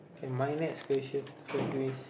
my next question for you is